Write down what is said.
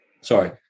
Sorry